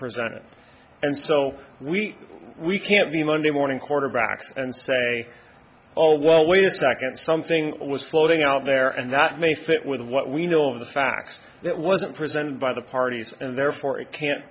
presented and so we we can't be monday morning quarterbacks and say oh well wait a second something was floating out there and that may fit with what we know of the facts that wasn't presented by the parties and therefore it can't